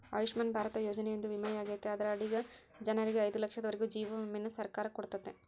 ಆಯುಷ್ಮನ್ ಭಾರತ ಯೋಜನೆಯೊಂದು ವಿಮೆಯಾಗೆತೆ ಅದರ ಅಡಿಗ ಜನರಿಗೆ ಐದು ಲಕ್ಷದವರೆಗೂ ಜೀವ ವಿಮೆಯನ್ನ ಸರ್ಕಾರ ಕೊಡುತ್ತತೆ